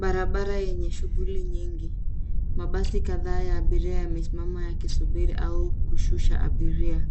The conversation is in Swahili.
Barabara yenye shughuli nyingi. Mabasi kadhaa ya abiria yamesimama yakisubiri au kushusha abiria.